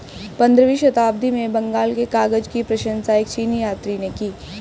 पंद्रहवीं शताब्दी में बंगाल के कागज की प्रशंसा एक चीनी यात्री ने की